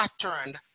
patterned